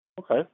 Okay